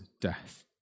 death